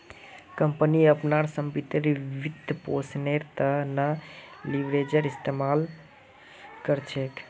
company अपनार संपत्तिर वित्तपोषनेर त न लीवरेजेर इस्तमाल कर छेक